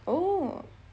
oh